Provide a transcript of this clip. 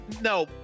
No